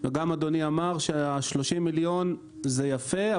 גם אדוני אמר שה-30 מיליון זה יפה,